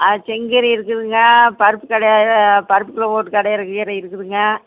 ஆ செங்கீரை இருக்குதுங்க பருப்பு கடையிற பருப்பு குள்ளே போட்டு கடையிற கீரை இருக்குதுங்க